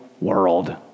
world